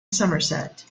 somerset